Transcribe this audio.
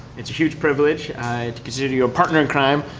it's a huge privilege. i consider you a partner in crime,